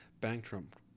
Bankrupt